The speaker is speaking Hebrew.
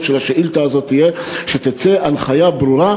של השאילתה הזאת תהיה שתצא הנחיה ברורה,